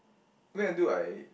wait until I